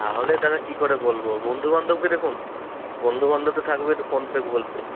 তাহলে তাহলে কি করে বলব বন্ধুবান্ধবকে দেখুন বন্ধুবান্ধব তো থাকবে একটু ফোন পে গুগল পে